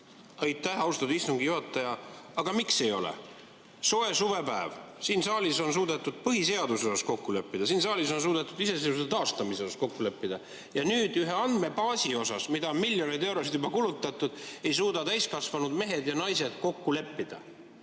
Aitäh, austatud istungi juhataja! Aga miks ei ole? Soe suvepäev, siin saalis on suudetud põhiseaduses kokku leppida, siin saalis on suudetud iseseisvuse taastamises kokku leppida. Ja nüüd ühe andmebaasi suhtes, millele on miljoneid eurosid juba kulutatud, ei suuda täiskasvanud mehed ja naised kokku leppida.